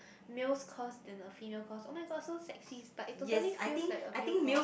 males course than a female course oh-my-god so sexist but it totally feels like a male course